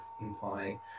implying